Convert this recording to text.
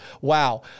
wow